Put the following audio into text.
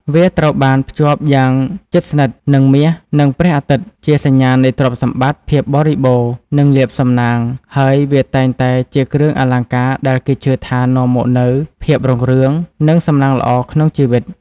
វាត្រូវបានភ្ជាប់យ៉ាងជិតស្និទ្ធនឹង មាស និងព្រះអាទិត្យ ជាសញ្ញានៃ ទ្រព្យសម្បត្តិ ភាពបរិបូរណ៍ និងលាភសំណាង ហើយ វាតែងតែជាគ្រឿងអលង្ការដែលគេជឿថានាំមកនូវភាពរុងរឿង និងសំណាងល្អក្នុងជីវិត។